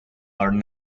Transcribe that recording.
are